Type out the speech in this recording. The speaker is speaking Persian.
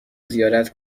زیارت